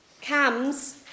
CAMs